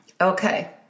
Okay